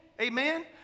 Amen